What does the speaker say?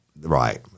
Right